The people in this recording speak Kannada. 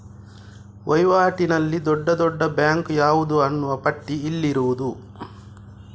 ವೈವಾಟಿನಲ್ಲಿ ದೊಡ್ಡ ದೊಡ್ಡ ಬ್ಯಾಂಕು ಯಾವುದು ಅನ್ನುವ ಪಟ್ಟಿ ಇಲ್ಲಿರುವುದು